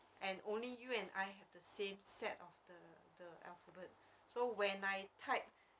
and only you and I have the same set of the the alphabet so when I type